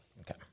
Okay